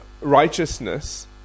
righteousness